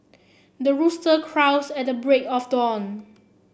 the rooster crows at the break of dawn